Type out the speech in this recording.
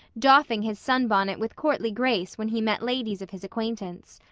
doffing his sunbonnet with courtly grace when he met ladies of his acquaintance.